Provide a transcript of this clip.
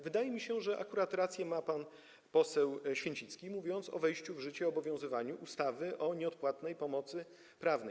Wydaje mi się, że rację ma pan poseł Święcicki, mówiąc o wejściu w życie i obowiązywaniu ustawy o nieodpłatnej pomocy prawnej.